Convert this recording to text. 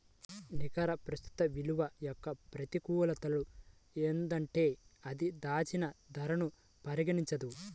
నికర ప్రస్తుత విలువ యొక్క ప్రతికూలతలు ఏంటంటే అది దాచిన ధరను పరిగణించదు